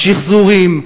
שחזורים,